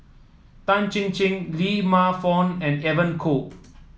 Tan Chin Chin Lee Man Fong and Evon Kow